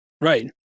Right